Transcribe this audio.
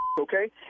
Okay